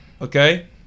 okay